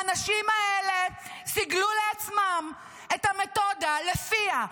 האנשים האלה סיגלו לעצמם את המתודה שלפיה: